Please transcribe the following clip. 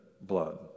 blood